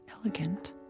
Elegant